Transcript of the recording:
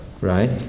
right